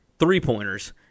three-pointers